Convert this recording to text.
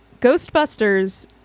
Ghostbusters